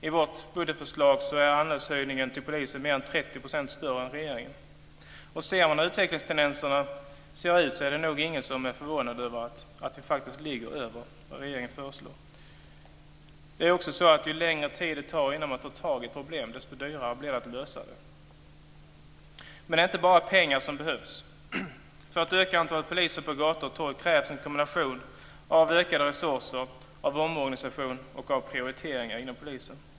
I vårt budgetförslag är höjningen av anslaget till polisen mer än 30 % större än regeringens. Sett till utvecklingstendenserna är det nog ingen som är förvånad över att vi faktiskt ligger över vad regeringen föreslår. Dessutom är det så att ju längre tid det tar innan man tar tag i ett problem, desto dyrare blir det att lösa det. Men det är inte bara pengar som behövs. För att öka antalet poliser på gator och torg krävs det också en kombination av ökade resurser, av omorganisation och av prioriteringar inom polisen.